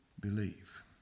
believe